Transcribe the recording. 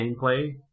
gameplay